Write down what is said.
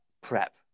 prep